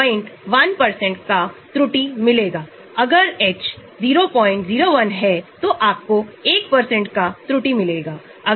आपके पास एक स्थिर स्थिरांक है और फिर एसिड रूप COOH और COO इत्यादि में अलग हो जाते हैं